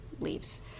leaves